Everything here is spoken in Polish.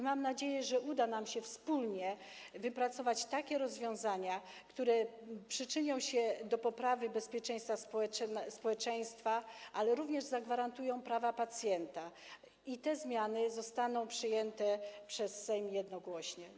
Mam nadzieję, że uda nam się wspólnie wypracować rozwiązania, które przyczynią się do poprawy bezpieczeństwa społeczeństwa, ale również zagwarantują przestrzeganie praw pacjenta, i że te zmiany zostaną przyjęte przez Sejm jednogłośnie.